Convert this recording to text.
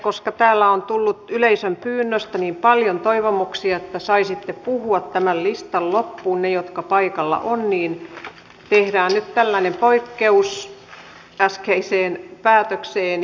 koska täällä on tullut yleisön pyynnöstä niin paljon toivomuksia että saisitte puhua tämän listan loppuun ne jotka paikalla ovat niin tehdään nyt poikkeus äskeiseen päätökseeni